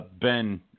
Ben